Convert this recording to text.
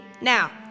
Now